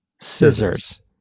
scissors